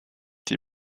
die